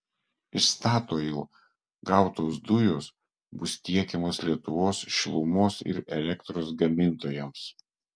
iš statoil gautos dujos bus tiekiamos lietuvos šilumos ir elektros gamintojams